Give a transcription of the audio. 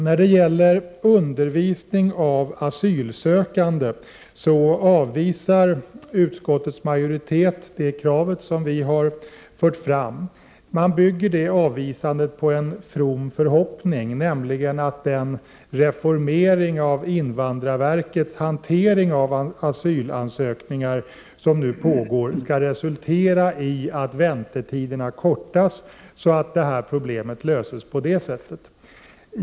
När det gäller undervisning av asylsökande avvisar utskottets majoritet det krav som vi från folkpartiet har fört fram. Utskottet bygger detta avvisande på en from förhoppning, nämligen att den reformering av invandrarverkets hantering av asylansökningar som nu pågår skall resultera i att väntetiderna kortas så att detta problem löses på det sättet.